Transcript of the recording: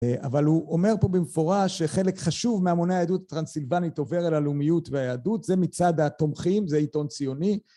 אבל הוא אומר פה במפורש שחלק חשוב מהמוני היהדות הטרנסילבנית עובר אל הלאומיות והיהדות זה מצד התומכים זה עיתון ציוני